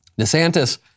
DeSantis